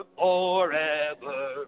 forever